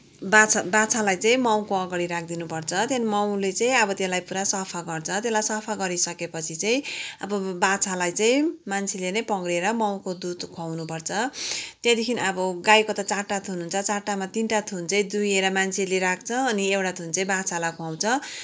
बाछा बाछालाई चाहिँ माउको अगाडि राख्दिनुपर्छ त्यहाँदेखि माउले चाहिँ अब त्यसलाई पुरा सफा गर्छ त्यसलाई सफा गरिसकेपछि चाहिँ अब बाछालाई चाहिँ मान्छेले नै पक्रेर माउको दुध खुवाउनुपर्छ त्यहाँदेखि अब गाईको त चारवटा थुन हुन्छ चारवटामा तिनवटा थुन चाहिँ दुहेर मान्छेले राख्छ अनि एउटा थुन चाहिँ बाछालाई खुवाउँछ